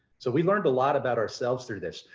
so we learned a lot about ourselves through this.